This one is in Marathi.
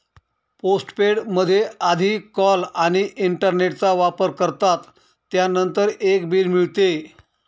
पोस्टपेड मध्ये आधी कॉल आणि इंटरनेटचा वापर करतात, त्यानंतर एक बिल मिळते